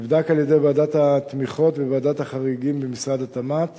נבדק על-ידי ועדת התמיכות וועדת החריגים במשרד התמ"ת